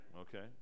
Okay